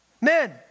Men